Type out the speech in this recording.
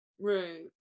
right